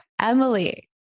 Emily